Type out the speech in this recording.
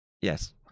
yes